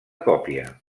còpia